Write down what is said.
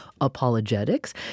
Apologetics